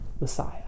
Messiah